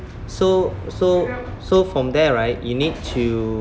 so so so from there right you need to